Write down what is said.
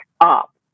up